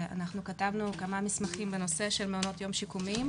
אנחנו כתבנו כמה מסמכים בנושא של מעונות יום שיקומיים,